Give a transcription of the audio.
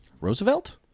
Roosevelt